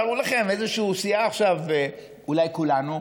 תארו לכם איזה סיעה עכשיו, אולי כולנו,